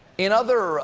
in other